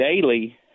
daily